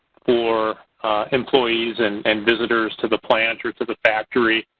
for employees and and visitors to the plants or to the factory.